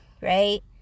right